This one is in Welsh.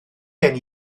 gen